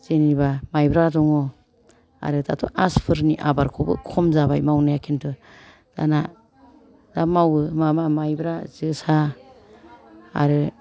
जेन'बा माइब्रा दङ आरो दाथ' आसुफोरनि आबादखौबो खम जाबाय मावनाया खिन्थु दाना दा मावो माबा माइब्रा जोसा आरो